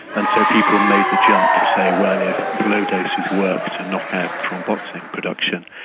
and so people made the jump to say, well, if low doses work to knock out thromboxane production,